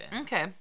Okay